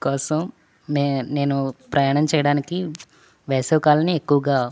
కోసం నేను ప్రయాణం చేయడానికి వేసవి కాలంని ఎక్కువగా